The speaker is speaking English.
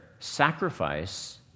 sacrifice